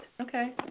Okay